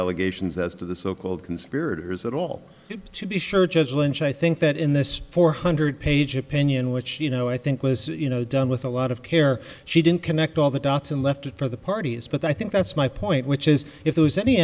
allegations as to the so called conspirators at all to be sure judge lynch i think that in this four hundred page opinion which you know i think was you know done with a lot of care she didn't connect all the dots and left it for the parties but i think that's my point which is if there was any